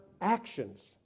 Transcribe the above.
actions